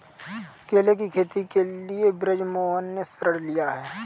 केले की खेती के लिए बृजमोहन ने ऋण लिया है